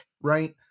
right